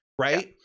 right